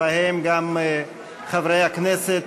בהם גם חברי הכנסת